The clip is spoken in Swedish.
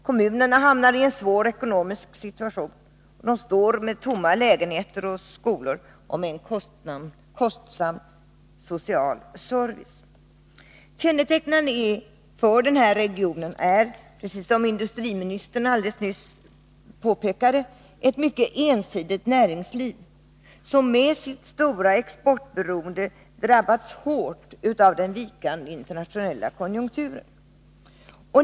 Kommunerna hamnar i en svår ekonomisk situation. De står med tomma lägenheter och skolor och med en kostsam social service. Kännetecknande för regionen är, precis som industriministern alldeles nyss påpekade, ett mycket ensidigt näringsliv, som med sitt stora exportberoende drabbats hårt av den vikande internationella konjunkturen.